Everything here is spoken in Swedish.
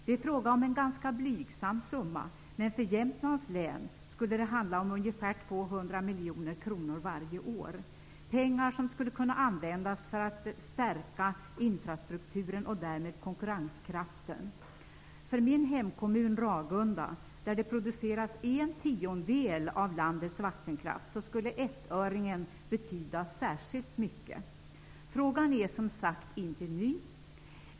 Det är fråga om en ganska blygsam summa, men för Jämtlands län skulle det handla om ungefär 200 miljoner kronor varje år, pengar som skulle kunna användas för att stärka infrastrukturen och därmed konkurrenskraften. För min hemkommun Ragunda, där en tiondel av landets vattenkraft produceras, skulle ''ettöringen'' betyda särskilt mycket. Frågan är, som sagt, inte ny.